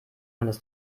hannes